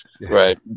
Right